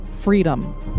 Freedom